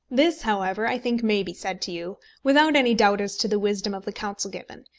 this, however, i think may be said to you, without any doubt as to the wisdom of the counsel given,